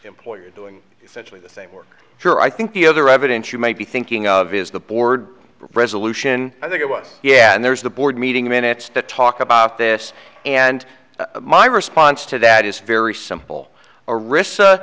employer doing essentially the same work for i think the other evidence you may be thinking of is the board resolution i think it was yeah and there's the board meeting minutes to talk about this and my response to that is very simple a ris